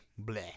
bleh